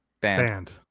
Band